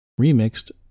Remixed